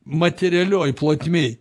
materialioj plotmėj